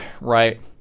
right